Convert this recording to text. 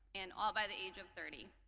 and all by the age of thirty.